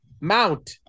mount